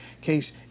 case